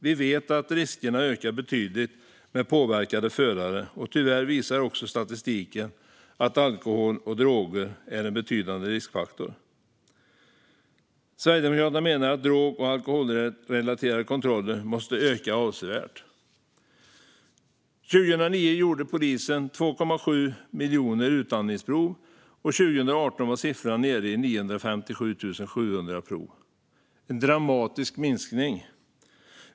Vi vet att riskerna ökar betydligt med påverkade förare, och tyvärr visar också statistiken att alkohol och droger är en betydande riskfaktor. Sverigedemokraterna menar att drog och alkoholrelaterade kontroller måste öka avsevärt. År 2009 gjorde polisen 2,7 miljoner utandningsprov, och 2018 var siffran nere i 957 700 prov. Det är en dramatisk minskning.